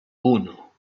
uno